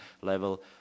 level